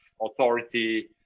authority